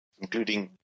including